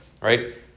Right